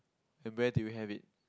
and where do you have it